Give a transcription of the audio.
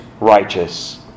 righteous